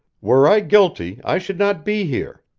were i guilty i should not be here.